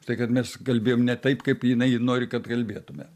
užtai kad mes kalbėjom ne taip kaip jinai nori kad kalbėtume